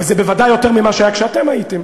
אבל בוודאי יותר ממה שהיה כשהייתם?